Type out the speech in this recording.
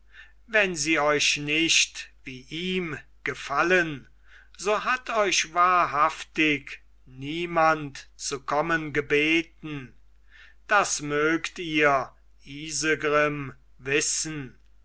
wenn sie euch nicht wie ihm gefallen so hat euch wahrhaftig niemand zu kommen gebeten das mögt ihr isegrim wissen